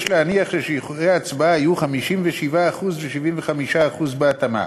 יש להניח ששיעורי ההצבעה היו 57% ו-75% בהתאמה.